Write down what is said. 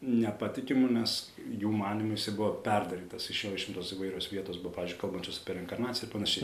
nepatikimu nes jų manymu jisai buvo perdarytas iš jo išimtos įvairios vietos buvo pavyzdžiui kalbančios apie reinkarnaciją ir panašiai